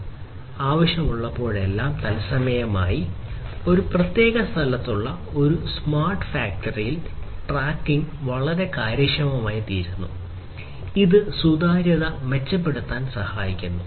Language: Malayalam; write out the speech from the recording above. തത്സമയം ആവശ്യമുള്ളപ്പോഴെല്ലാം ഒരു പ്രത്യേക സ്ഥലത്തുള്ള ഒരു സ്മാർട്ട് ഫാക്ടറിയിൽ ട്രാക്കിംഗ് വളരെ കാര്യക്ഷമമായിത്തീരുന്നു ഇത് സുതാര്യത മെച്ചപ്പെടുത്താൻ സഹായിക്കുന്നു